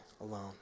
alone